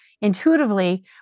intuitively